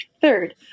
Third